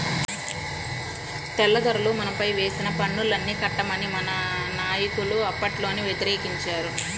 తెల్లదొరలు మనపైన వేసిన పన్నుల్ని కట్టమని మన నాయకులు అప్పట్లోనే వ్యతిరేకించారు